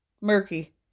Murky